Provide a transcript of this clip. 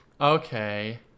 okay